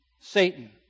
Satan